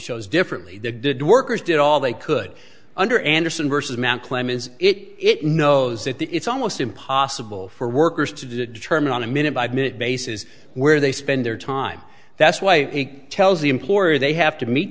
shows differently the good workers did all they could under andersen versus mt claim is it knows that the it's almost impossible for workers to determine on a minute by minute basis where they spend their time that's why he tells the employer they have to meet